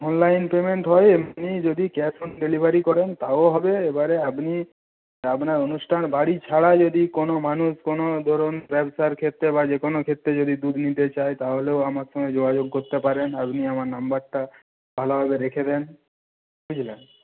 online payment হয় এমনি যদি ক্যাশ অন ডেলিভারি করেন তাও হবে এবারে আপনি আপনার অনুষ্ঠান বাড়ি ছাড়াও যদি কোনো মানুষ কোনো ধরুন ব্যবসার ক্ষেত্রে বা যে কোনো ক্ষেত্রে যদি দুধ নিতে চায় তাহলেও আমার সঙ্গে যোগাযোগ করতে পারেন আপনি আমার নাম্বারটা ভালোভাবে রেখে দিন বুঝলেন